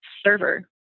server